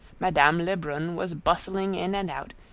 madame lebrun was bustling in and out,